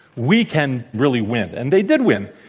we can really win. and they did win.